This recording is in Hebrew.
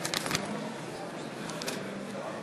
תוצאות,